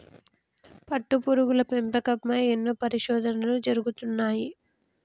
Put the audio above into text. పట్టుపురుగుల పెంపకం పై ఎన్నో పరిశోధనలు జరుగుతున్నాయి